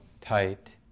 tight